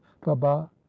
Baba